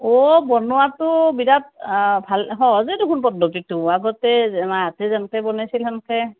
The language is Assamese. অঁ বনোৱাতো বিৰাত ভাল সহজেই দেখোন পদ্ধতিটো আগতে মাহঁতে যেন্কে বনাইছিল সেন্কে